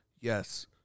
yes